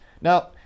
Now